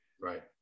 right